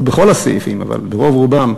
לא בכל הסעיפים אבל ברוב רובם,